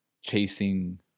chasing